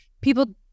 people